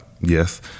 Yes